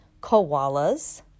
koalas